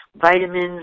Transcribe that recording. vitamins